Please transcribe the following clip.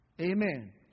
Amen